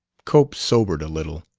cope sobered a little.